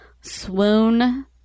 swoon